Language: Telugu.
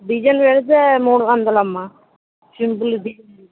డిజైన్ పెడితే మూడు వందలు అమ్మ సింపుల్ డిజైన్